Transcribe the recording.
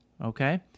okay